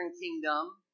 kingdom